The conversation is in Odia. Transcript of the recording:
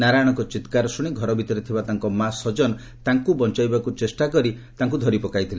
ନାରାୟଣଙ୍କ ଚିକ୍କାର ଶୁଶି ଘର ଭିତରେ ଥିବା ମା' ସଜନ ତାଙ୍କୁ ବଞାଇବାକୁ ଚେଷ୍ଟା କରି ତାଙ୍ଙ ଧରି ପକାଇଥିଲେ